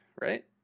right